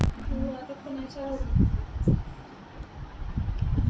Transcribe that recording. এক রকমের পেশাদার হিসাববিদ কোম্পানিতে কাজ করে